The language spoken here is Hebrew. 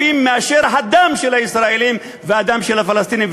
מהדם של הישראלים והדם של הפלסטינים,